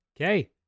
Okay